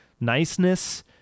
niceness